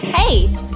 Hey